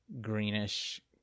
greenish